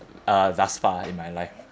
uh thus far in my life